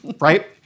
right